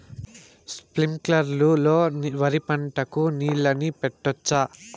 స్ప్రింక్లర్లు లో వరి పంటకు నీళ్ళని పెట్టొచ్చా?